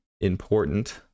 important